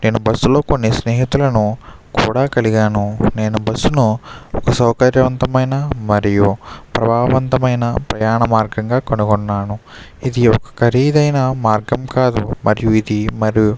నేను బస్సు లో కొన్ని స్నేహితులను కూడా కలిగాను నేను బస్సు ను సౌకర్యవంతమైన మరియు ప్రభావంతమైన ప్రయాణ మార్గంగా కనుగొన్నాను ఇది ఒక ఖరీదైన మార్గం కాదు మరియు మరి